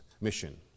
Mission